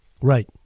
Right